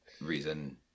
reason